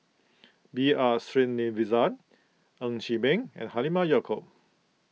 B R Sreenivasan Ng Chee Meng and Halimah Yacob